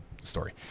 story